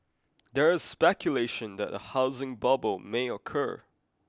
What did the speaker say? there is speculation that a housing bubble may occur